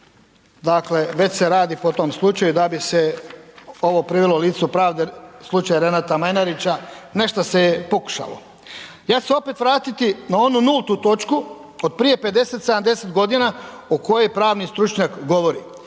dakle već se radi po tom slučaju da bi se ovo privelo licu pravde slučaj Renata Majnarića, nešto se je pokušalo. Ja ću se opet vratiti na onu nultu točku otprije 50, 70 godina o kojoj pravni stručnjak govori.